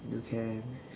you can